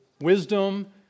wisdom